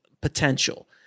potential